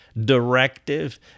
directive